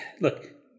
Look